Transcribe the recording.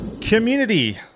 Community